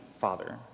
Father